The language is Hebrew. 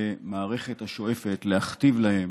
למערכת השואפת להכתיב להם